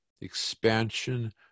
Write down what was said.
Expansion